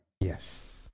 yes